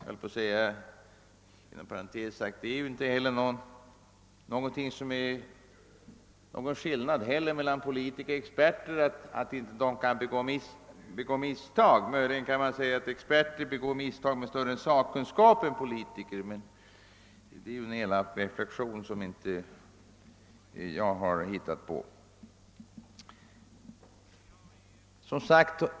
Inom parentes sagt råder det inte heller någon skillnad mellan politikers och experters möjligheter att begå misstag. Möjligen kan man påstå att experter begår misstag med större sakkunskap än politiker — men det är en elak reflexion som jag inte själv har hittat på.